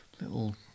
little